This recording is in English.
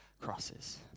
crosses